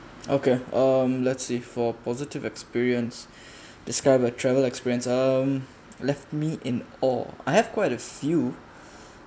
okay um let's see for positive experience describe a travel experience um left me in awe I have quite a few